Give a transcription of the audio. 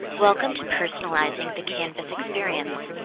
welcome to personalizing the canvas experience!